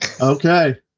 Okay